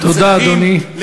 תודה, אדוני.